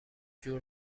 جور